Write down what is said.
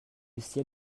ciel